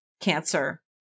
cancer